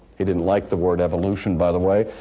he didn't like the word evolution by the way,